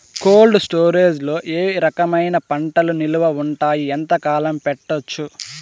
Cold storage లో ఏ రకమైన పంటలు నిలువ ఉంటాయి, ఎంతకాలం పెట్టొచ్చు?